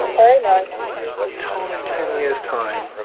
very nice tom, in ten years time,